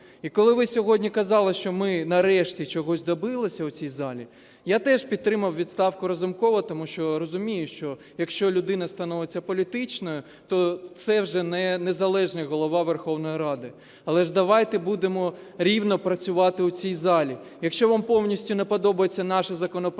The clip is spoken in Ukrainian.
І коли ви сьогодні казали, що ми нарешті чогось добилися у цій залі, я теж підтримав відставку Разумкова, тому що розумію, що якщо людина становиться політичною, то це вже не незалежний Голова Верховної Ради. Але ж давайте будемо рівно працювати у цій залі. Якщо вам повністю не подобаються наші законопроекти,